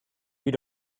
you